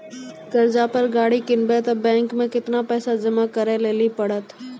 कर्जा पर गाड़ी किनबै तऽ बैंक मे केतना पैसा जमा करे लेली पड़त?